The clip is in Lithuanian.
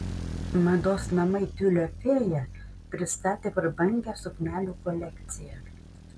mados namai tiulio fėja pristatė prabangią suknelių kolekciją